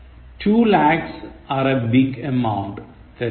Two lakhs are a big amount തെറ്റ്